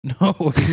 No